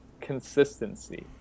consistency